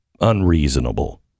unreasonable